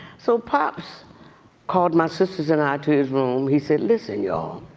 so pops called my sisters and i to his room, he said listen y'all,